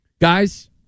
Guys